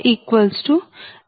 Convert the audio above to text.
02j0